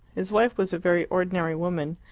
his wife was a very ordinary woman,